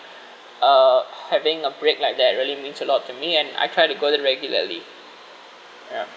uh having a break like that really means a lot to me and I try to go there regularly ya